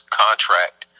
contract